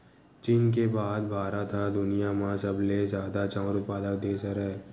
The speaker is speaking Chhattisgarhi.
चीन के बाद भारत ह दुनिया म सबले जादा चाँउर उत्पादक देस हरय